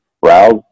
browse